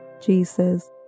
Jesus